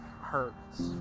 hurts